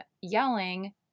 yelling